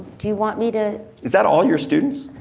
do you want me to is that all your students?